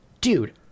Dude